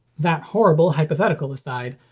that horrible hypothetical aside,